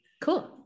Cool